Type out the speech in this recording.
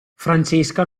francesca